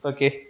Okay